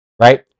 Right